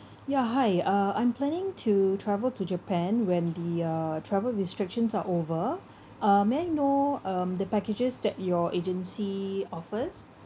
ya hi uh I'm planning to travel to japan when the uh travel restrictions are over uh may I know um the packages that your agency offers